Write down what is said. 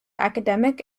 academic